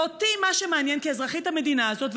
ואותי מה שמעניין כאזרחית המדינה הזאת,